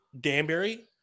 Danbury